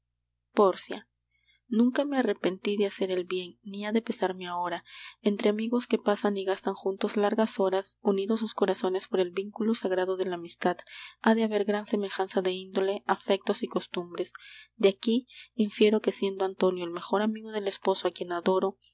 pórcia nunca me arrepentí de hacer el bien ni ha de pesarme ahora entre amigos que pasan y gastan juntos largas horas unidos sus corazones por el vínculo sagrado de la amistad ha de haber gran semejanza de índole afectos y costumbres de aquí infiero que siendo antonio el mejor amigo del esposo á quien adoro